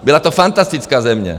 Byla to fantastická země.